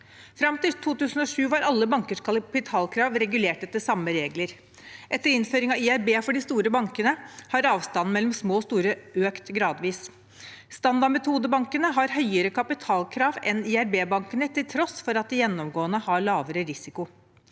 Fram til 2007 var alle bankers kapitalkrav regulert etter samme regler. Etter innføring av IRB for de store bankene har avstanden mellom små og store økt gradvis. Standardmetodebankene har høyere kapitalkrav enn IRB-bankene til tross for at de gjennomgående har lavere risiko.